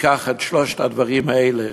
ניקח את שלושת הדברים האלה,